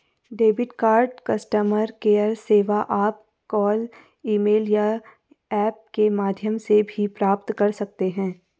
debit card customer care सेवा आप call email या ऐप के माध्यम से भी प्राप्त कर सकते हैं